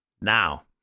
now